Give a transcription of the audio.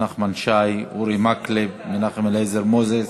נחמן שי, אורי מקלב, מנחם אליעזר מוזס,